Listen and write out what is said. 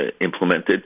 implemented